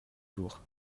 jours